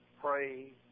pray